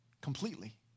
completely